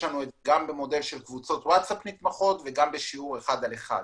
יש לנו גם מודל של קבוצות ווטסאפ נתמכות וגם בשיעור אחר על אחד.